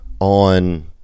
on